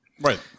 right